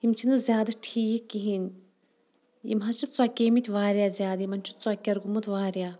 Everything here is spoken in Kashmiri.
یِم چھِنہٕ زیادٕ ٹھیٖک کہیٖنۍ یِم حظ چھِ ژۄکیمِتۍ واریاہ زیادٕ یِمن چھُ ژۄکیر گوٚومُت واریاہ